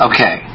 Okay